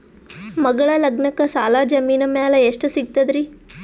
ಮಗಳ ಲಗ್ನಕ್ಕ ಸಾಲ ಜಮೀನ ಮ್ಯಾಲ ಎಷ್ಟ ಸಿಗ್ತದ್ರಿ?